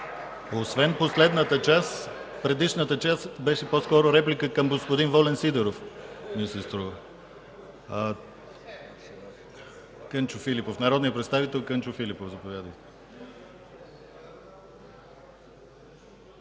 Освен последната част, предишната част беше по-скоро реплика към господин Волен Сидеров, ми се струва. Народният представител Кънчо Филипов. Заповядайте.